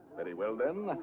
very well then,